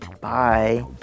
Bye